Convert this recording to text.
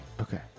Okay